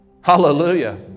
Hallelujah